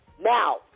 Now